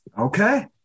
Okay